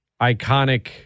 iconic